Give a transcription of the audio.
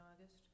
August